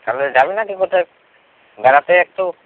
তাহলে যাবি না কি কোথায় বেড়াতে একটু